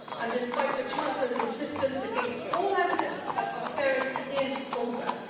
and despite the chancellor's insistence, against all evidence, that austerity is over,